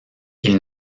ils